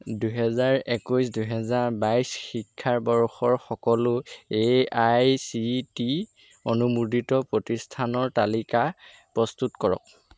দুহেজাৰ একৈছ দুহেজাৰ বাইছ শিক্ষাবৰ্ষৰ সকলো এ আই চি টি অনুমোদিত প্ৰতিষ্ঠানৰ তালিকা প্ৰস্তুত কৰক